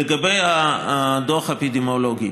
לגבי הדוח האפידמיולוגי,